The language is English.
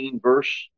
verse